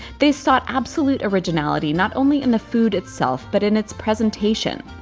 they sought absolute originality not only in the food itself, but in its presentation,